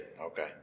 Okay